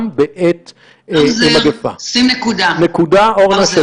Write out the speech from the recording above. הדבר השני יש לנו בעמוד 4: פניות ישירות למוקד -2,700.